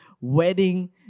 wedding